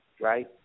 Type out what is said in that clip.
right